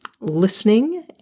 listening